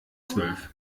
zwölf